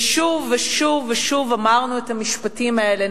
ושוב ושוב ושוב אמרנו את המשפטים האלה,